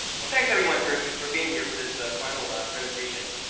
well thanks everyone for for being here for this final presentation